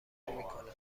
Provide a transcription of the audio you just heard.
نمیکنه